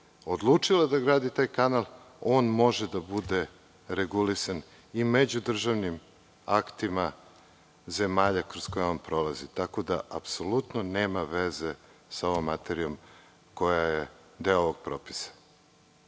odlučila da gradi taj kanal, on mora da bude regulisan i međudržavnim aktima zemalja kroz koje on prolazi, tako da nema veze sa ovom materijom koja je deo ovog propisa,